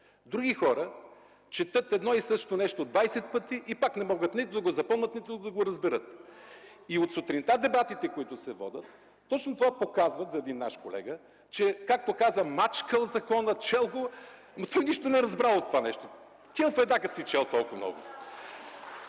Други хора четат едно и също нещо 20 пъти и пак не могат нито да го запомнят, нито да го разберат. И от сутринта дебатите, които се водят, точно това показват за един наш колега, че, както каза, мачкал закона, чел го, но нищо не разбрал от това нещо. Кел файда, като си чел толкова много!